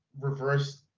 reverse